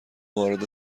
وارد